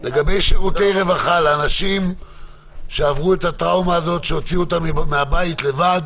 מה לגבי שירותי רווחה לאנשים שעברו את הטראומה שהוציאו אותם מהבית לבד